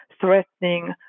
threatening